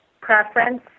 Preference